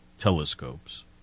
telescopes